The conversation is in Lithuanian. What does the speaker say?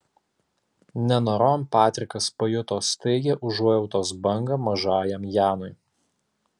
nenorom patrikas pajuto staigią užuojautos bangą mažajam janui